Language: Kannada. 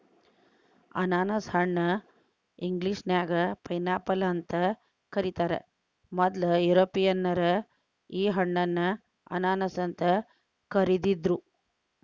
ಅನಾನಸ ಹಣ್ಣ ಇಂಗ್ಲೇಷನ್ಯಾಗ ಪೈನ್ಆಪಲ್ ಅಂತ ಕರೇತಾರ, ಮೊದ್ಲ ಯುರೋಪಿಯನ್ನರ ಈ ಹಣ್ಣನ್ನ ಅನಾನಸ್ ಅಂತ ಕರಿದಿದ್ರು